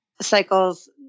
cycles